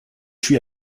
suis